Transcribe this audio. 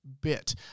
bit